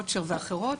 Wocher ואחרות,